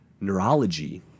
neurology